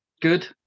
good